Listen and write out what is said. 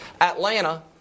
Atlanta